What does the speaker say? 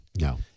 No